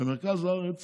במרכז הארץ